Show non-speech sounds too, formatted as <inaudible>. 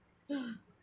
<breath>